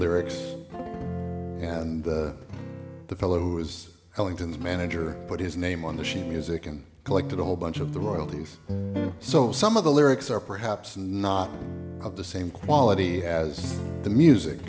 lyrics and the fellow who is ellington the manager put his name on the sheet music and collected a whole bunch of the royalties so some of the lyrics are perhaps not of the same quality as the music